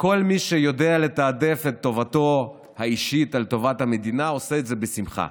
שכל מי שיודע לתעדף את טובת המדינה על טובתו האישית עושה את זה בשמחה,